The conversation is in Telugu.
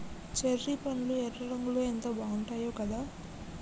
చెర్రీ పండ్లు ఎర్ర రంగులో ఎంత బాగుంటాయో కదా